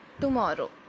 Tomorrow